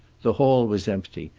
the hall was empty,